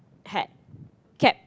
hat cap